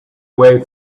way